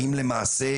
אם למעשה,